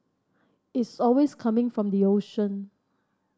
it's always coming from the ocean